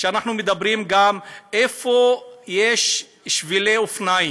ואנחנו מדברים גם על איפה יש שבילי אופניים.